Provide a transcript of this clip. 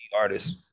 artists